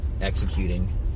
executing